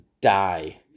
die